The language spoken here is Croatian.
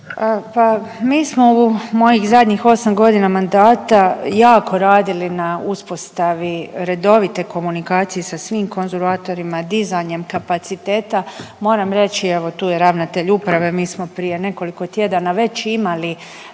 mi smo u mojih zadnjih 8.g. mandata jako radili na uspostavi redovite komunikacije sa svim konzulatorima dizanjem kapaciteta. Moram reći, evo tu je ravnatelj uprave, mi smo prije nekoliko tjedana već imali